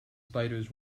spiders